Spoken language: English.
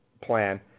plan